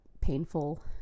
painful